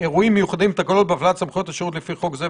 "באירועים מיוחדים ותקלות בהפעלת סמכויות השירות לפי חוק זה,